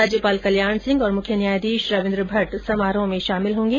राज्यपाल कल्याण सिंह और मुख्य न्यायाधीश रविन्द्र भट्ट समारोह में शामिल होंगे